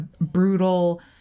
brutal